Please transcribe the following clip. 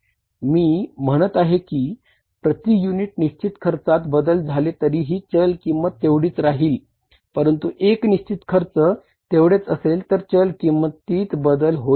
मी म्हणत आहे की प्रति युनिट निश्चित खर्चात बदल झाले तरीही चल किंमत तेवढीच राहील परंतु एकूण निशचित खर्च तेवढेच असले तर चल किमतीत बदल होईल